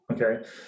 Okay